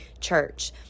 church